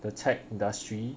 the tech industry